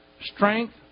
strength